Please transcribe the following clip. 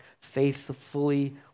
faithfully